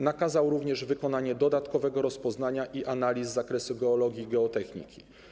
Nakazał również wykonanie dodatkowego rozpoznania i analiz z zakresu geologii i geotechniki.